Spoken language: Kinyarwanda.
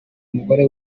umugore